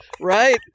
right